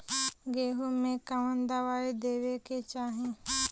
गेहूँ मे कवन दवाई देवे के चाही?